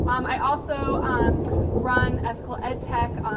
um i also ah um run ethical ed tech,